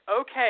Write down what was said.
okay